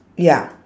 ya